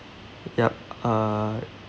yup uh